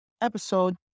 episode